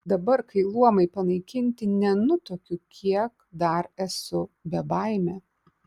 dabar kai luomai panaikinti nenutuokiu kiek dar esu bebaimė